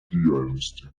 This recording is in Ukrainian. діяльності